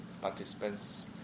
participants